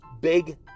big